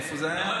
איפה זה היה?